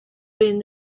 been